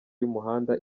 y’umuhanda